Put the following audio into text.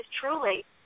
truly